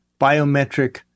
Biometric